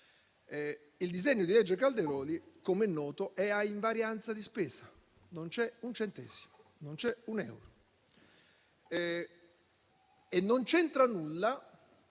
Il disegno di legge Calderoli, come è noto, è a invarianza di spesa (non c'è un centesimo, non c'è un euro), e non c'entra nulla